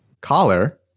collar